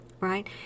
right